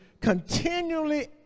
continually